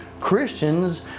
Christians